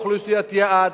מי אוכלוסיית היעד,